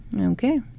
Okay